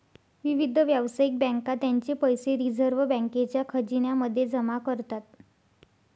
विविध व्यावसायिक बँका त्यांचे पैसे रिझर्व बँकेच्या खजिन्या मध्ये जमा करतात